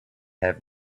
have